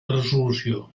resolució